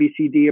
ABCD